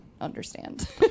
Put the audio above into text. understand